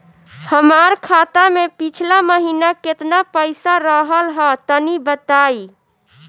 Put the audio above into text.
हमार खाता मे पिछला महीना केतना पईसा रहल ह तनि बताईं?